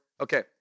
Okay